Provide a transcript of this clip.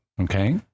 Okay